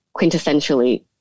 quintessentially